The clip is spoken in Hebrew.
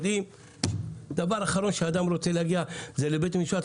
ואנחנו יודעים שהדבר האחרון שאדם רוצה להגיע אליו זה לבית המשפט,